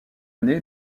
année